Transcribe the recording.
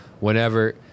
Whenever